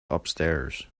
upstairs